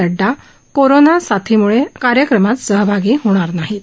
Nadda corona साथीमुळे कार्यक्रमात सहभागी होणार नाहीत